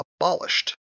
abolished